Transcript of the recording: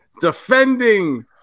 defending